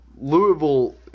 Louisville